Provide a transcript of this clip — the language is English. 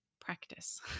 practice